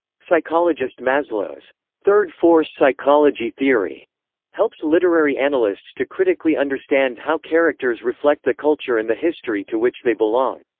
psychologist maslow's third force psychology theory helps literary analysts to critically understand how characters reflect the culture and the history to which they belong.